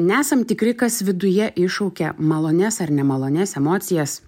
nesam tikri kas viduje iššaukia malonias ar nemalonias emocijas